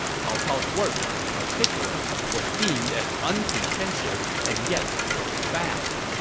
cao cao's work, in particular, was deemed as unpretentious and yet profound.